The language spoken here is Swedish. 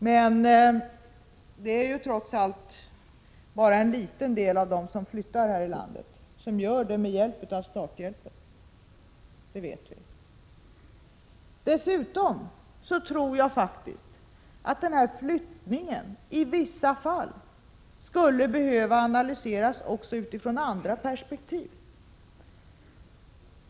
Men det är trots allt bara en liten del av dem som flyttar här i landet som gör det med hjälp av starthjälpen. Dessutom tror jag faktiskt att den här flyttningen av människor i vissa fall skulle behöva analyseras också utifrån andra perspektiv.